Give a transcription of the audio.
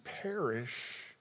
perish